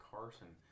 Carson